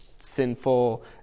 sinful